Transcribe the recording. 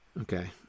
Okay